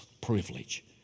privilege